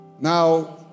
Now